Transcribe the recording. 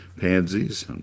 pansies